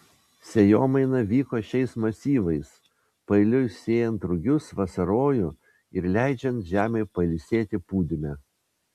sėjomaina vyko šiais masyvais paeiliui sėjant rugius vasarojų ir leidžiant žemei pailsėti pūdyme